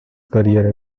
career